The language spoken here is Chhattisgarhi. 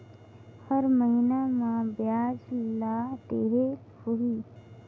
हर महीना मा ब्याज ला देहे होही?